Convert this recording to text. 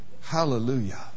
Hallelujah